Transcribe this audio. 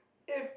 if